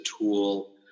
tool